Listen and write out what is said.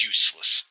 Useless